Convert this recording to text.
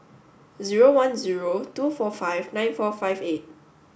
zero one zero two four five nine four five eight